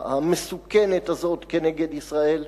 המסוכנת הזאת נגד ישראל.